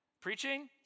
preaching